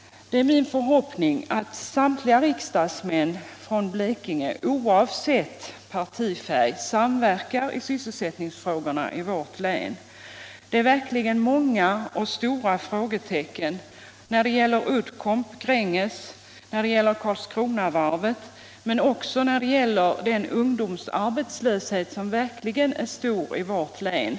Det är min förhoppning att samtliga riksdagsmän från Blekinge, oavsett partifärg, samverkar beträffande sysselsättningsfrågorna i vårt län. Frågetecknen är många och stora när det gäller Uddcomb-, Grängesoch Karlskronavarven men också när det gäller den ungdomsarbetslöshet som sannerligen är stor i vårt län.